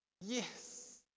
Yes